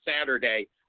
Saturday